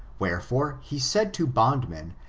wherefore, he said to bondmen,